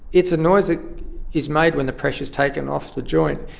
it's a noise ah is made when the pressure is taken off the joint,